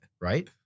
right